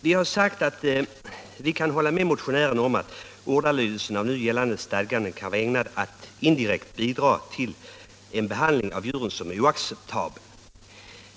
Vi har sagt att vi ”kan hålla med motionären om att ordalydelsen av nu gällande stadgande kan vara ägnad att indirekt bidra till en behandling av djuren som är oacceptabel.